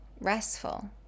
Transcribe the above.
restful